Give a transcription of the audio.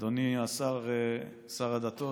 אדוני שר הדתות,